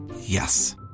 Yes